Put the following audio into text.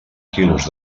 quilos